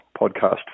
podcast